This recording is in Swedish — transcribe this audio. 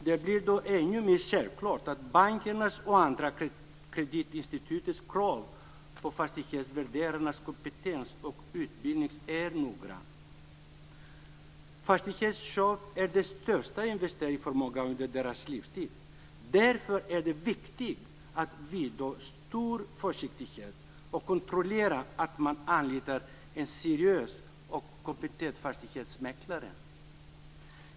Det blir då ännu mer självklart att bankernas och andra kreditinstituts krav på fastighetsvärderarnas kompetens och utbildning är höga. Fastighetsköp är den största investeringen för många under deras livstid. Därför är det viktigt att iaktta stor försiktighet och kontrollera att man anlitar en seriös och kompetent fastighetsmäklare.